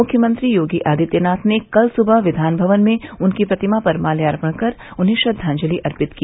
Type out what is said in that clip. मुख्यमंत्री योगी आदित्यनाथ ने कल सुबह विघानमवन में उनकी प्रतिमा पर मार्ल्यापण कर उन्हें श्रद्वांजलि अर्पित की